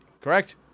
Correct